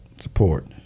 support